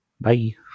Bye